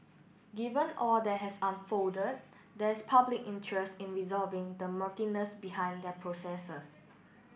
given all that has unfolded there's public interest in resolving the murkiness behind their processes